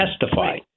testify